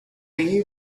you